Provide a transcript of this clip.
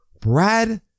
Brad